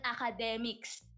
academics